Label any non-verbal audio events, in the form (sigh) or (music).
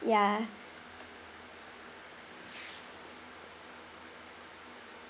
ya (breath)